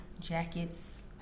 jackets